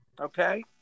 Okay